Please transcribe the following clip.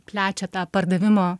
plečia tą pardavimo